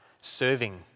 serving